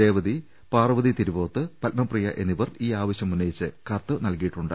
രേവതി പാർവ്വതി തിരുവോത്ത് പത്മപ്രിയ എന്നിവർ ഈ ആവശ്യമുന്നയിച്ച് കത്ത് നൽകിയിട്ടു ണ്ട്